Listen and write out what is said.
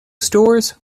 stores